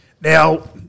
now